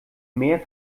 mär